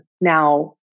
Now